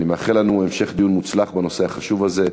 ואני מאחל לנו המשך דיון מוצלח בנושא החשוב הזה.